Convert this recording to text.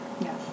Yes